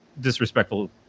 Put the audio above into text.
disrespectful